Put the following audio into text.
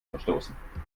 verstoßen